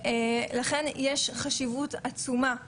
ועלייה בשיעור של הדיכאונות ושל החרדות.